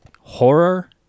horror